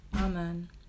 Amen